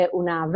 una